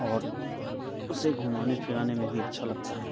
और उसे घुमाने फिराने में भी अच्छा लगता है